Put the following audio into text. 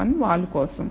1 వాలు కోసం